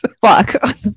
Fuck